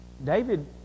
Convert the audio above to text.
David